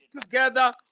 together